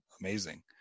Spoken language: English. amazing